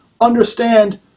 understand